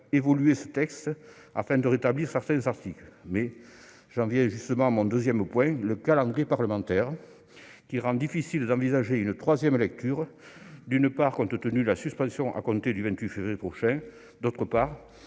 évoluer ce texte afin de rétablir certains articles, mais j'en viens justement à mon deuxième point : le calendrier parlementaire rend difficile d'envisager une troisième lecture, compte tenu de la suspension à compter du 28 février prochain. Par